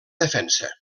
defensa